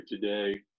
today